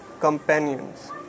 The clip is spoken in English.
companions